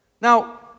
Now